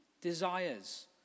Desires